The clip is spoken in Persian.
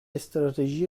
استراتژی